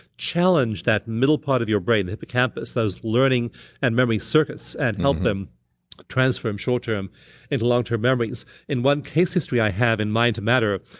challenge that middle part of your brain, the hippocampus, those learning and memory circuits, and help them transfer short-term into long-term memories in one case history i have in mind to matter,